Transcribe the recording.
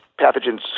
pathogens